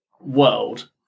world